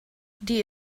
die